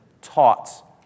taught